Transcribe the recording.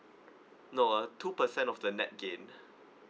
no uh two percent of the net gain